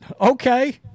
Okay